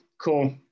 cool